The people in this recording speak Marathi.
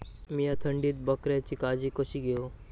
मीया थंडीत बकऱ्यांची काळजी कशी घेव?